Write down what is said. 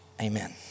Amen